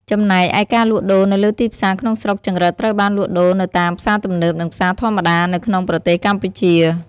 ចំណែកឯការលក់ដូរនៅលើទីផ្សារក្នុងស្រុកចង្រិតត្រូវបានលក់ដូរនៅតាម ផ្សារទំនើប និងផ្សារធម្មតា នៅក្នុងប្រទេសកម្ពុជា។